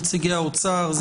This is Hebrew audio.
נציגי האוצר.